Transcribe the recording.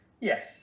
Yes